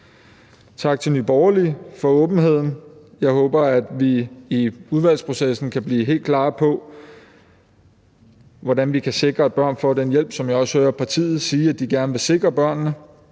Tak til Nye Borgerlige for åbenheden. Jeg håber, at vi i udvalgsprocessen kan blive helt klare på, hvordan vi kan sikre, at børn får den hjælp, som jeg også hører partiets ordfører sige at de gerne vil sikre børnene.